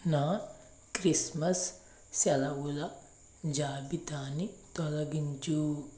నా క్రిస్మస్ సెలవుల జాబితాని తొలగించు